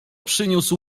przyniósł